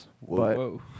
Whoa